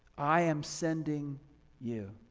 i am sending you.